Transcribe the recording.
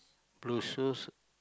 blue shoes